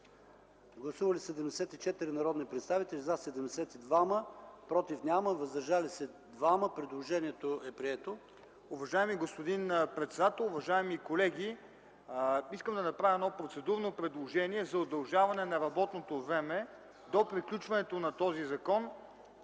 Гласували 74 народни представители: за 72, против няма, въздържали се 2. Предложението е прието. ДОКЛАДЧИК МАРТИН ДИМИТРОВ: Уважаеми господин председател, уважаеми колеги! Искам да направя едно процедурно предложение за удължаване на работното време до приключването на работата